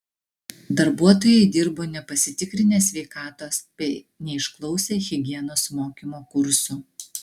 darbuotojai dirbo nepasitikrinę sveikatos bei neišklausę higienos mokymo kursų